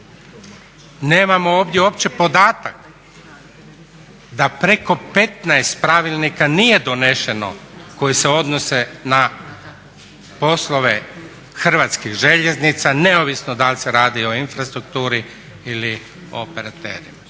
Nemamo ovdje uopće podatak da preko 15 pravilnika nije donešeno koji se odnose na poslove Hrvatskih željeznica neovisno da li se radi o infrastrukturi ili o operaterima.